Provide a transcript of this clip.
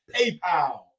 PayPal